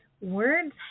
words